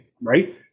right